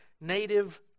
native